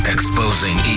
Exposing